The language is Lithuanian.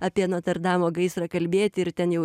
apie notrdamo gaisrą kalbėti ir ten jau